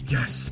Yes